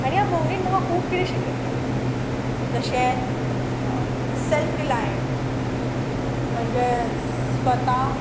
आनी ह्या भोवंडेन म्हाका खूब किरें शिकयलें जशें सॅल्फ रिलायन म्हणजे स्वता